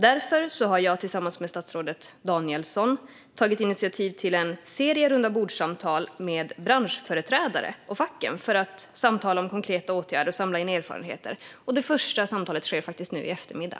Därför har jag tillsammans med statsrådet Danielsson tagit initiativ till en serie rundabordssamtal med branschföreträdare och facken för att samtala om konkreta åtgärder och samla in erfarenheter, och det första samtalet sker faktiskt nu i eftermiddag.